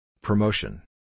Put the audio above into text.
Promotion